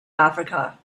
africa